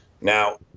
now